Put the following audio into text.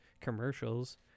commercials